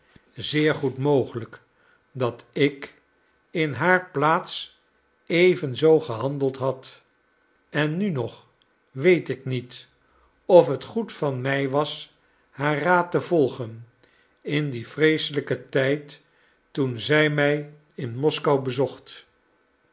zeer goed mogelijk dat ik in haar plaats evenzoo gehandeld had en nu nog weet ik niet of het goed van mij was haar raad te volgen in dien vreeselijken tijd toen zij mij in moskou bezocht